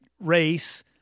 race